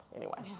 anyway.